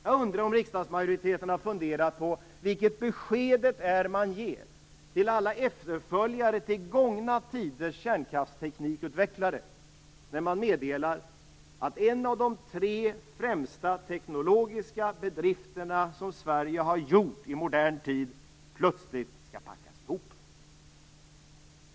Jag undrar om riksdagsmajoriteten har funderat på vilket beskedet är som man ger till alla efterföljare till gångna tiders kärnkraftsteknikutvecklare, när man meddelar att en av de tre främsta teknologiska bedrifterna som Sverige har gjort i modern tid plötsligt skall packas ihop.